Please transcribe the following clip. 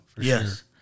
Yes